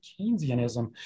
Keynesianism